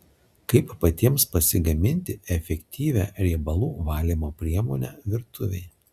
kaip patiems pasigaminti efektyvią riebalų valymo priemonę virtuvei